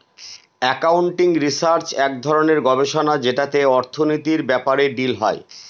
accounting research এক ধরনের গবেষণা যেটাতে অর্থনীতির ব্যাপারে ডিল হয়